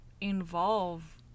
involve